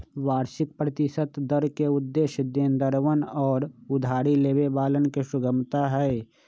वार्षिक प्रतिशत दर के उद्देश्य देनदरवन और उधारी लेवे वालन के सुगमता हई